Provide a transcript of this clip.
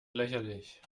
lächerlich